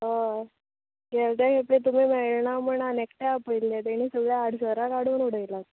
हय गेल तें खेपे तुमी मेळले ना म्हणू आनी एकट्या आपयल्लें तेणी सगळीं आडसरां काडून उडयल्यात